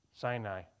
Sinai